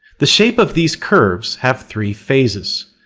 the shape of these curves have three phases,